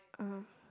(uh huh)